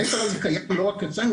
המסר הזה קיים לא רק אצלנו,